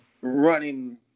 running